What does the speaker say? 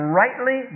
rightly